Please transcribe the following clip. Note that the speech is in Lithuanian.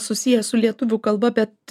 susiję su lietuvių kalba bet